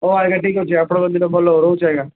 ହଉ ଆଜ୍ଞା ଠିକ୍ ଅଛି ଆପଣଙ୍କ ଦିନ ଭଲ ହଉ ରହୁଛି ଆଜ୍ଞା